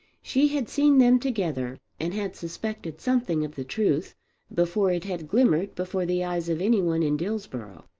she had seen them together and had suspected something of the truth before it had glimmered before the eyes of any one in dillsborough.